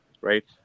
right